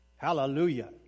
Hallelujah